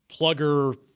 plugger